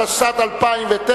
התש"ע 2010,